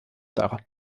dar